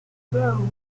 grow